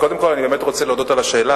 קודם כול, אני רוצה להודות על השאלה.